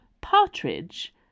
Partridge